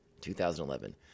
2011